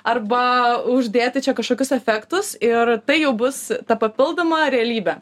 arba uždėti čia kažkokius efektus ir tai jau bus ta papildoma realybė